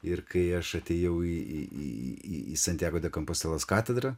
ir kai aš atėjau į į į į santjago de kampostelos katedrą